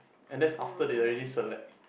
and that's after they already select